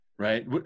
right